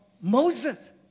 Moses